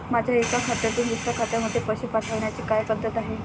माझ्या एका खात्यातून दुसऱ्या खात्यामध्ये पैसे पाठवण्याची काय पद्धत आहे?